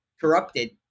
corrupted